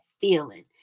feeling